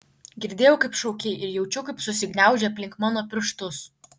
girdėjau kaip šaukei ir jaučiau kaip susigniaužei aplink mano pirštus